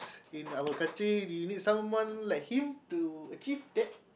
in our country we need someone like him to achieve that